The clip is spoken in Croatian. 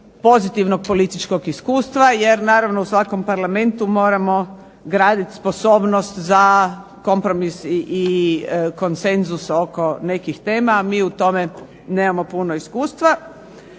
pozitivnog političkog iskustva jer naravno u svakom parlamentu moramo graditi sposobnost za kompromis i konsenzus oko nekih tema, a mi u tome nemamo puno iskustva.